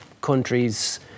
countries